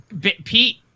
Pete